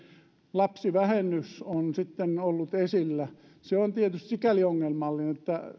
lapsivähennys on sitten ollut esillä se on tietysti sikäli ongelmallinen että